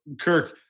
Kirk